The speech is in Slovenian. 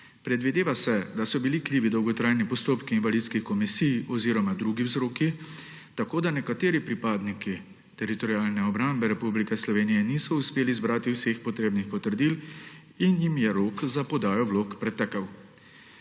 Predvideva se, da so bili krivi dolgotrajni postopki invalidskih komisij oziroma drugih vzroki, tako da nekateri pripadniki Teritorialne obrambe Republike Slovenije niso uspeli zbrati vseh potrebnih potrdil in jim je rok za podajo vlog pretekel.